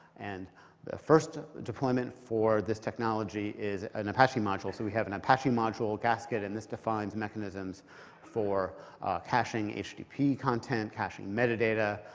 and the first deployment for this technology is an apache module. so we have an apache module gasket, and this defines mechanisms for caching http content, caching metadata,